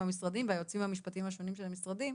המשרדים הממשלתיים ומול היועצים המשפטיים השונים של המשרדים,